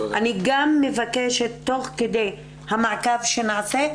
אני גם מבקשת תוך כדי המעקב שנעשה,